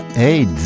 Aids